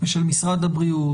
ושל משרד הבריאות,